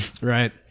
right